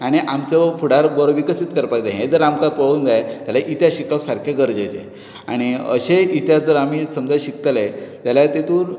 आनी आमचो फुडार बरो विकसीत करपाक जाय हे जर आमकां पळोवक जाय जाल्यार इतिहास शिकप सारके गरजेचें आनी अशें इतिहास जर आमी समजा शिकतले जाल्यार तेतूंत